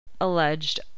alleged